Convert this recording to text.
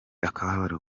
akababaro